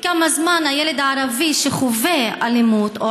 2. כמה זמן ילד ערבי שחווה אלימות או